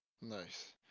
Nice